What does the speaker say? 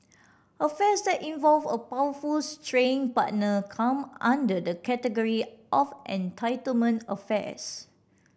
affairs that involve a powerful straying partner come under the category of entitlement affairs